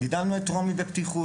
גידלנו את רומי בפתיחות.